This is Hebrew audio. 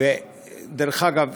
דרך אגב,